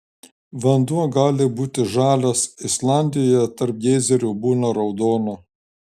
vanduo gali būti žalias islandijoje tarp geizerių būna raudono